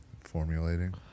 formulating